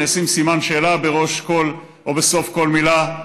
אני אשים סימן שאלה בסוף כל מילה.